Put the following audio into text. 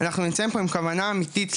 אנחנו נצא מפה עם כוונה אמיתית,